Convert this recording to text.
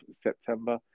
September